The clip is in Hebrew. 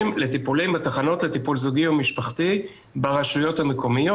לטיפולים בתחנות לטיפול זוגי או משפחתי ברשויות המקומיות.